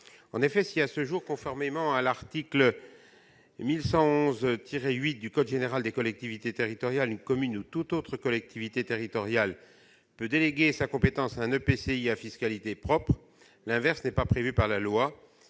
En effet, si à ce jour, conformément à l'article L. 1111-8 du code général des collectivités territoriales, une commune ou toute autre collectivité territoriale peut déléguer sa compétence à un EPCI à fiscalité propre, l'inverse n'est pas prévu par la loi.